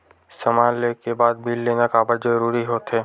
समान ले के बाद बिल लेना काबर जरूरी होथे?